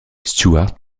stuart